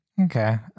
okay